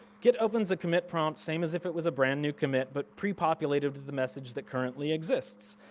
git opens a commit prompt, same as if it was brand new commit, but pre-populated with the message that currently exists.